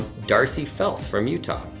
darcy felt from utah,